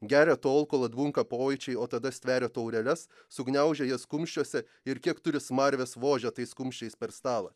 geria tol kol atbunka pojūčiai o tada stveria taureles sugniaužia jas kumščiuose ir kiek turi smarvės vožia tais kumščiais per stalą